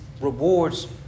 rewards